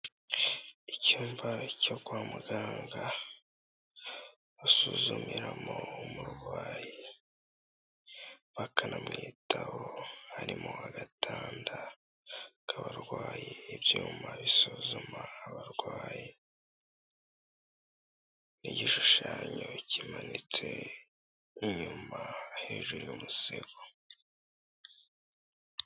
Icyumba cyo kwa muganga basuzumiramo umurwayi bakanamwitaho harimo agatanda k'abarwayi, ibyuma bisuzuma abarwayi, n'igishushanyo kimanitse inyuma hejuru y'umusego.